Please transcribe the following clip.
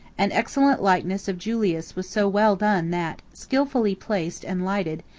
an excellent likeness of julius was so well done that, skillfully placed and lighted,